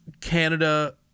Canada